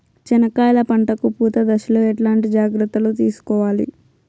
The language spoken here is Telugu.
చెనక్కాయలు పంట కు పూత దశలో ఎట్లాంటి జాగ్రత్తలు తీసుకోవాలి?